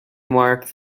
mark